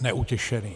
Neutěšený.